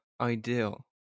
ideal